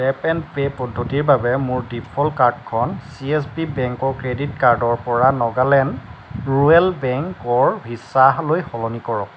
tap and pay পদ্ধতিৰ বাবে মোৰ ডিফল্ট কাৰ্ডখন চিএছবি বেংকৰ ক্ৰেডিট কাৰ্ডৰ পৰা নাগালেণ্ড ৰুৰেল বেংকৰ ভিছালৈ সলনি কৰক